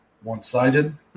one-sided